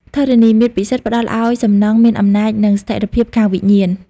ធរណីមាត្រពិសិដ្ឋ ផ្តល់ឱ្យសំណង់មានអំណាចនិងស្ថិរភាពខាងវិញ្ញាណ។